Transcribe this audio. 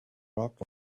rock